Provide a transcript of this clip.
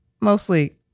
mostly